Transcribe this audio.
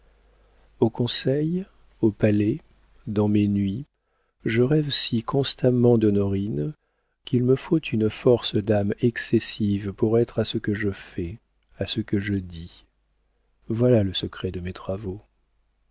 au conseil au palais dans mes nuits je rêve si constamment d'honorine qu'il me faut une force d'âme excessive pour être à ce que je fais à ce que je dis voilà le secret de mes travaux